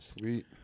sweet